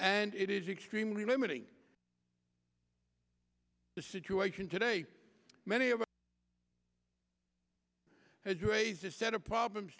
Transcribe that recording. and it is extremely limiting the situation today many of us had raised a set of problems